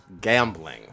gambling